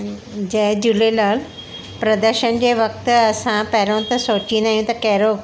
जय झूलेलाल प्रदर्शन जे वक़्ति असां पहिरियूं त सोचींदा आहियूं त कहिड़ो